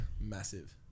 Massive